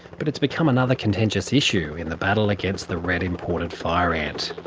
but it's become another contentious issue in the battle against the red imported fire ant.